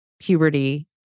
puberty